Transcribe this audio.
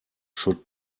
should